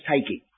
taking